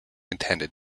intended